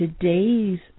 today's